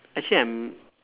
actually I'm